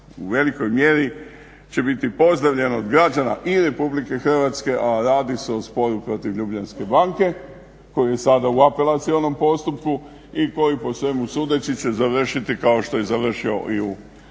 u velikoj mjeri će biti pozdravljena od građana i RH, a radi se o sporu protiv Ljubljanske banke koji je sada u apelacionom postupku i koji po svemu sudeći će završiti kao što je i završio i u prethodnoj